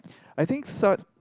I think Sat